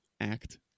Act